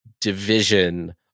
division